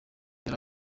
yari